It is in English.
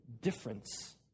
difference